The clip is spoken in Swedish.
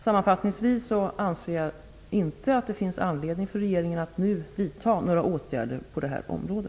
Sammanfattningsvis anser jag inte att det finns anledning för regeringen att nu vidta några åtgärder på detta område.